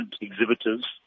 exhibitors